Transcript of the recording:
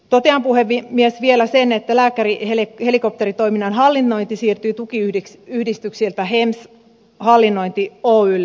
totean puhemies vielä sen että lääkärihelikopteritoiminnan hallinnointi siirtyy tukiyhdistyksiltä hems hallinnointi oylle